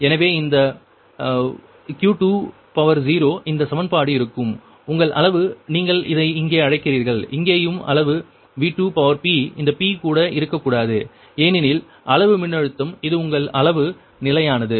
எனவே இது இந்த Q20 இந்த சமன்பாடு இருக்கும் உங்கள் அளவு நீங்கள் இதை இங்கே அழைக்கிறீர்கள் இங்கேயும் அளவு V2p இந்த p கூட இருக்கக்கூடாது ஏனெனில் அளவு மின்னழுத்தம் இது உங்கள் அளவு நிலையானது